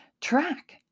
track